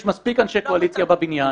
יש מספיק אנשי קואליציה בבניין.